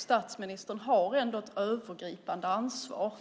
Statsministern har ändå ett övergripande ansvar.